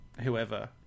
whoever